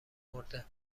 مرده